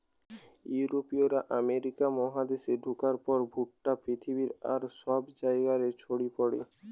ইউরোপীয়রা আমেরিকা মহাদেশে ঢুকার পর ভুট্টা পৃথিবীর আর সব জায়গা রে ছড়ি পড়ে